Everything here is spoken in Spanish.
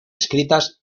escritas